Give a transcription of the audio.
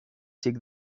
xic